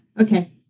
Okay